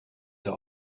der